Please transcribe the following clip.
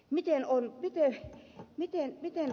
miten on se yhtään mitään